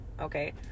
okay